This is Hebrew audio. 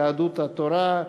יהדות התורה,